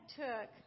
took